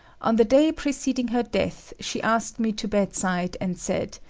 on the day preceding her death, she asked me to bedside, and said,